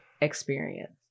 experience